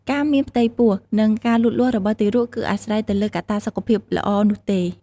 ការមានផ្ទៃពោះ និងការលូតលាស់របស់ទារកគឺអាស្រ័យទៅលើកត្តាសុខភាពល្អនោះទេ ។